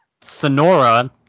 Sonora